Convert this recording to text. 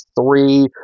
three